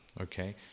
okay